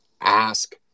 Ask